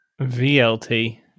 VLT